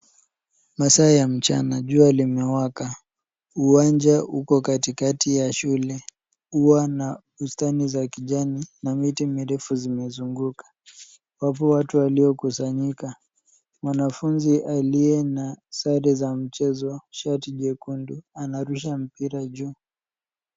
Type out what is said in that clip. Masaa ya mchana jua limewaka. Uwanja uko katikati ya shule. Ua na bustani za kijani na miti mirefu zimezunguka. Wapo watu waliokusanyika. Mwanafunzi aliye na sare za mchezo, shati jekundu anarusha mpira juu.